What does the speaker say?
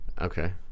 okay